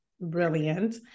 Brilliant